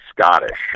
Scottish